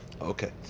Okay